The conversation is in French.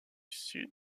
sud